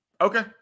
okay